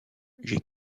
j’ai